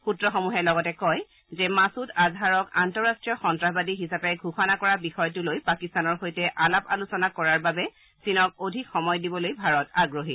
সূত্ৰসমূহে লগতে মাছুদ আজহাৰক আন্তঃৰাষ্টীয় সন্তাসবাদী হিচাপে ঘোষণা কৰা বিষয়টো লৈ পাকিস্তানৰ সৈতে আলাপ আলোচনা কৰাৰ বাবে চীনক অধিক সময় দিবলৈ ভাৰত আগ্ৰহী